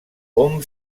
hom